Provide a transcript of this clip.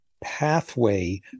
pathway